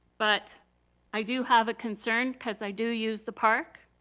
but i do have a concern cause i do use the park.